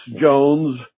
Jones